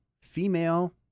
female